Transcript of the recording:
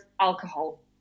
alcohol